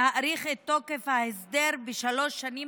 להאריך את תוקף ההסדר בשלוש שנים